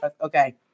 okay